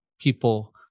people